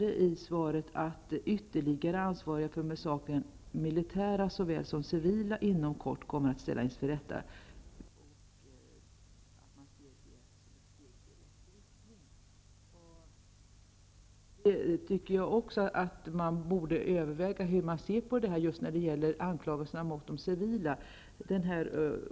Det sägs dock i svaret att ytterligare ansvariga för massakern, militärer såväl som civila, inom kort kommer att ställas inför rätta och att regeringen ser detta som ett steg i rätt riktning. Jag tycker att man borde överväga hur man skall agera när det gäller anklagelserna mot de civila.